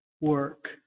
work